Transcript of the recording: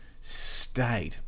state